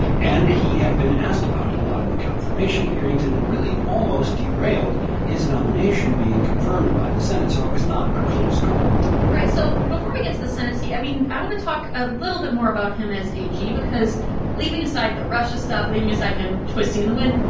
and he had been asked about it a lot in the confirmation hearings. and it really almost derailed his nomination being confirmed by the senate. so it was not a close call right. so before we get to the senate seat, i mean, i want to talk a little bit more about him as ag because leaving aside the russia stuff, leaving aside him twisting in the wind,